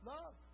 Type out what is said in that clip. Love